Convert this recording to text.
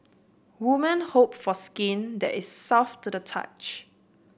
women hope for skin that is soft to the touch